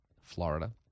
Florida